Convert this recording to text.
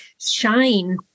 shine